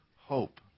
hope